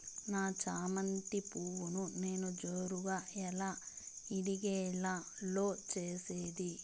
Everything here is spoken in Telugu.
నా చామంతి పువ్వును నేను జోరుగా ఎలా ఇడిగే లో చేసేది?